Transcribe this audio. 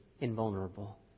invulnerable